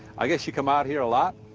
i guess you come out here a lot?